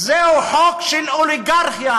זה חוק של אוליגרכיה,